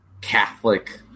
Catholic